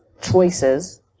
choices